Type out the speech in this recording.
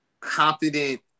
confident